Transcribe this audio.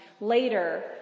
later